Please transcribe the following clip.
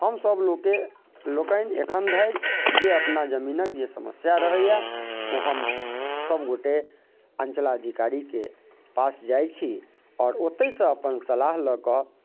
हमसब लोकै लोकनि एखन धरि जे अपना जमीनक समस्या रहैये ओ हम सब गोटे अञ्चलाधीकारी के पास जाइ छी आओर ओत्तैसँ अपन सलाह लऽ कऽ